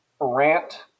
Rant